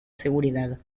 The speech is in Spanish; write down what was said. seguridad